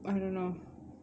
I don't know